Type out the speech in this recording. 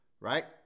right